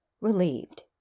relieved